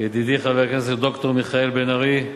ידידי חבר הכנסת ד"ר מיכאל בן-ארי,